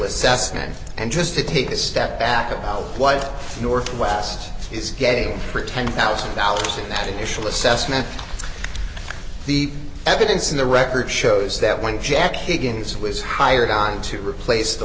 assessment and just to take a step back about what northwest is getting for ten thousand dollars in that initial assessment the evidence in the record shows that when jack higgins was hired on to replace the